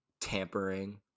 tampering